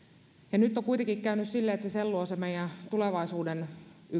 nyt on kuitenkin käynyt siten että se sellu on yksi meidän tulevaisuuden